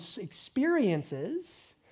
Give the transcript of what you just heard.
experiences